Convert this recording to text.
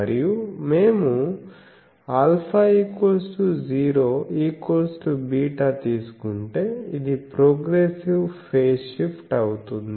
మరియు మేము α0β తీసుకుంటే ఇది ప్రోగ్రెసివ్ ఫేజ్ షిఫ్ట్ అవుతుంది